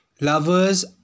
lovers